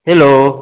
hello